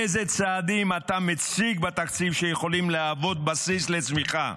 אילו צעדים אתה מציג בתקציב שיכולים להוות בסיס לצמיחה,